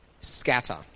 Scatter